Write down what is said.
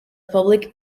public